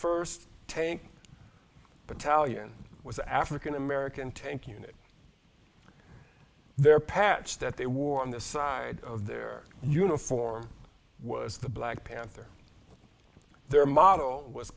first tank battalion was african american tank unit their patch that they wore on the side of their uniform was the black panther their motto was